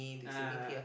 (uh huh)